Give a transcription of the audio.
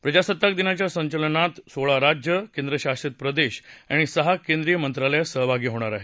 प्रजासत्ताक दिनाच्या संचलनात सोळा राज्यं केंद्रशासित प्रदेश आणि सहा केंद्रीय मंत्रालय सहभागी होणार आहेत